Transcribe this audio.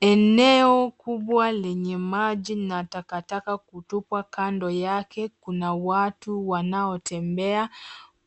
Eneo kubwa lenye maji na takataka hutupwa. Kando yake kuna watu wanao tembea